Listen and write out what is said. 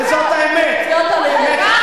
וזאת האמת, להוציא אותה להירגע.